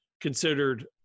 considered